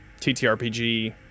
TTRPG